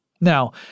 Now